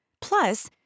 Plus